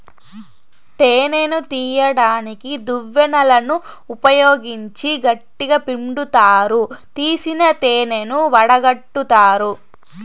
తేనెను తీయడానికి దువ్వెనలను ఉపయోగించి గట్టిగ పిండుతారు, తీసిన తేనెను వడగట్టుతారు